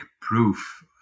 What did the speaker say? proof